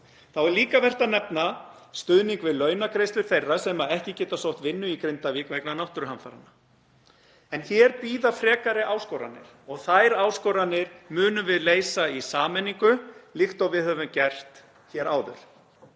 Þá er líka vert að nefna stuðning við launagreiðslur þeirra sem ekki geta sótt vinnu í Grindavík vegna náttúruhamfaranna. En hér bíða frekari áskoranir og þær áskoranir munum við leysa í sameiningu líkt og við höfum gert hér áður.